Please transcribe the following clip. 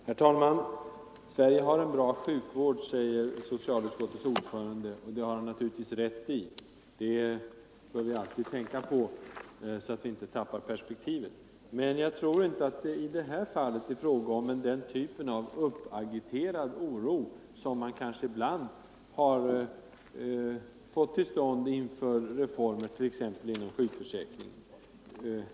Herr talman! Sverige har en bra sjukvård, säger socialutskottets ordförande, och det har han rätt i. Det bör vi alltid tänka på, så att vi inte tappar perspektivet. Men jag tror inte att det i det här fallet är fråga om den typ av uppagiterad oro, som man kanske ibland har fått till stånd inför reformer, t.ex. inom sjukförsäkringen.